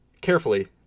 Carefully